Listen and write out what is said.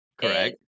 Correct